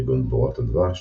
כגון דבורת הדבש,